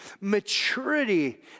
maturity